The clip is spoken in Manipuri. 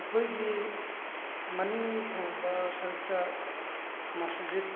ꯑꯩꯈꯣꯏꯒꯤ ꯃꯅꯤꯡꯊꯪꯕ ꯁꯔꯨꯛꯇ ꯃꯁꯖꯤꯠ